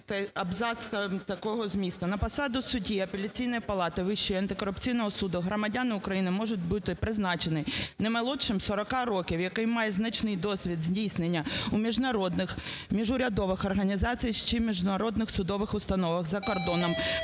"На посаду судді Апеляційної палати Вищого антикорупційного суду громадянин України може бути призначені не молодшим 40 років, який має значний досвід здійснення у міжнародних міжурядових організаціях чи міжнародних судових установах за кордоном